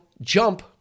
Jump